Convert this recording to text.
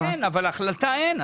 מכתב יש אבל החלטה אין.